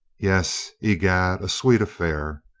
yes, i'gad, a sweet affair.